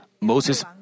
Moses